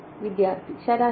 വിദ്യാർത്ഥി ശരാശരി